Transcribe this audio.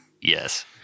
Yes